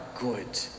good